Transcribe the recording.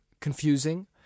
confusing